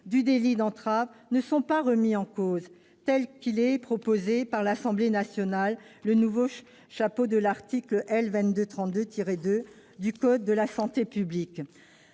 du délit d'entrave ne sont pas remis en cause : tel qu'il est proposé par l'Assemblée nationale, le nouveau chapeau de l'article L. 2223-2 du code de la santé publique